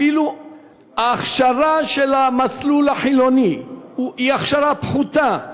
אפילו אם ההכשרה של המסלול החילוני היא הכשרה פחותה,